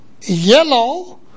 yellow